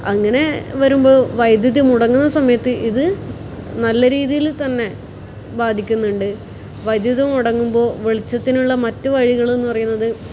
അങ്ങനെ വരുമ്പോൾ വൈദ്യുതി മുടങ്ങുന്ന സമയത്ത് ഇത് നല്ല രീതിയിൽ തന്നെ ബാധിക്കുന്നുണ്ട് വൈദ്യുതി മുടങ്ങുമ്പോൾ വെളിച്ചത്തിനുള്ള മറ്റ് വഴികളെന്ന് പറയുന്നത്